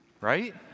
Right